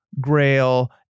Grail